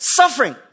suffering